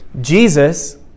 Jesus